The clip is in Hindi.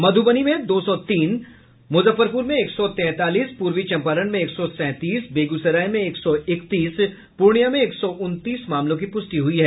मध्बनी में दो सौ तीन मूजफ्फरपूर में एक सौ तैंतालीस पूर्वी चंपारण में एक सौ सैंतीस बेगूसराय में एक सौ इकतीस पूर्णिया में एक सौ उनतीस मामलों की पुष्टि हुई है